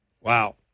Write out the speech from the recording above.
Wow